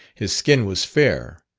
his skin was fair,